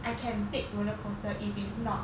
I can take roller coaster if it's not